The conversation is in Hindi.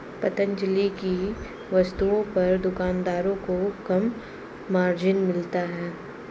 पतंजलि की वस्तुओं पर दुकानदारों को कम मार्जिन मिलता है